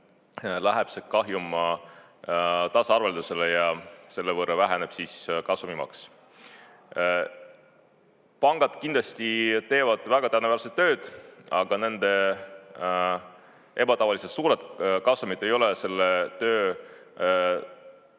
läheb see kahjum tasaarveldusele ja selle võrra väheneb kasumimaks. Pangad kindlasti teevad väga tänuväärset tööd, aga nende ebatavaliselt suured kasumid ei ole selle töö